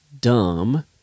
dumb